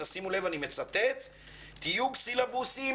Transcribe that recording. תיוג סילבוסים